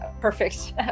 perfect